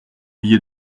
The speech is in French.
billet